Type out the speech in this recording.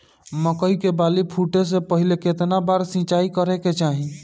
मकई के बाली फूटे से पहिले केतना बार सिंचाई करे के चाही?